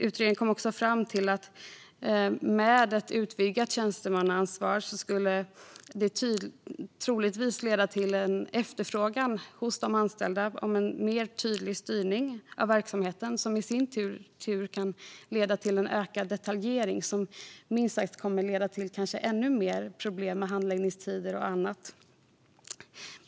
Utredningen kom också fram till att ett utvidgat tjänstemannaansvar troligtvis skulle leda till en efterfrågan hos de anställda på tydligare styrning av verksamheterna, vilket i sin tur kan leda till ökad detaljering som nog ger ännu mer problem med handläggningstider och annat.